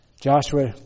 Joshua